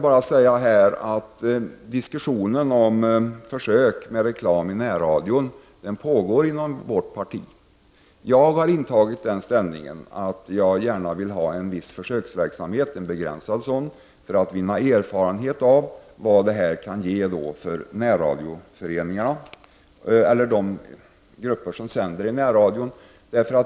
Det pågår en diskussion om försök med reklam i närradion i vårt parti. Jag har intagit ställningen att jag gärna ser en begränsad försöksverksamhet för att vinna erfarenhet av vad det kan ge för närradioföreningarna eller för de grupper som sänder i närradion.